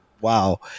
Wow